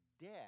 dead